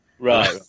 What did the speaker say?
Right